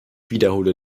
wiederhole